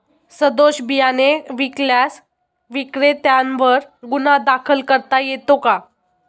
सदोष बियाणे विकल्यास विक्रेत्यांवर गुन्हा दाखल करता येतो का?